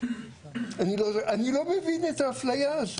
אני לא מבין את האפליה הזו.